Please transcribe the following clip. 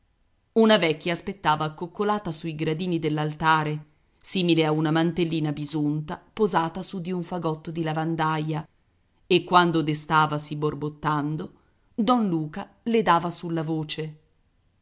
una vecchia aspettava accoccolata sui gradini dell'altare simile a una mantellina bisunta posata su di un fagotto di lavandaia e quando destavasi borbottando don luca le dava sulla voce